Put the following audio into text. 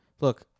look